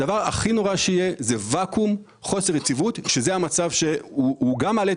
הדבר הכי נורא שיהיה זה ואקום שזה המצב שהוא גם מעלה את